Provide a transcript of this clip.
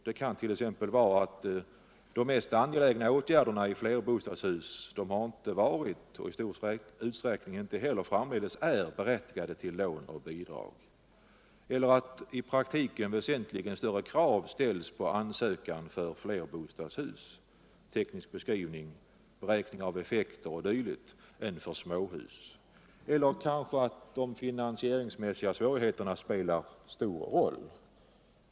Det kan t.ex. vara så att de mest angelägna åtgärderna för för befintlig bebvgflerbostadshus inte varit — och i stor utsträckning framdeles inte heter är — berättigade till lån och bidrag, eller att i praktiken väsentligen större krav ställs på ansökningar för flerbostadshus —- teknisk beskrivning, beräkning av effekter o.d. — än för småhus. Eller kanske de finansieringsmässiga svärigheterna spelar stor roll.